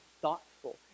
thoughtful